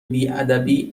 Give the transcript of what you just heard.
بیادبی